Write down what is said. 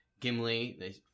Gimli